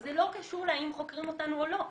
וזה לא קשור לאם חוקרים אותנו או לא.